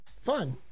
Fun